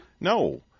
No